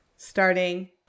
Starting